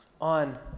on